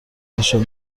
نشان